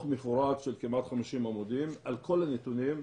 מפורט של כמעט 50 עמודים על כל הנתונים,